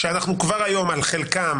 כאשר אנחנו כבר היום על חלקם,